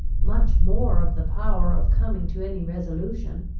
much more of the power of coming to any resolution.